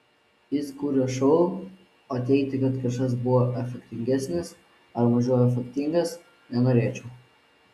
jis kūrė šou o teigti kad kažkas buvo efektingesnis ar mažiau efektingas nenorėčiau